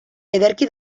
ederki